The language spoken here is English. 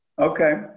Okay